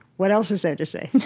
what else is there to say?